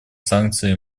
санкций